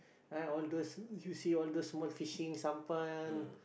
ah all those you see all those small fishing sampan